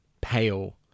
pale